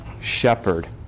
shepherd